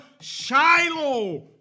Shiloh